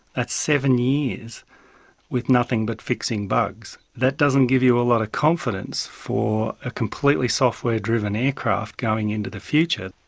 that's seven years with nothing but fixing bugs. that doesn't give you a lot of confidence for a completely software driven aircraft going into the future.